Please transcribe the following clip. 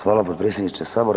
Hvala potpredsjedniče Sabora.